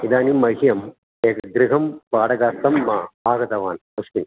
इदानीं मह्यम् एकगृहं भाटकार्थं आगतवान् अस्मि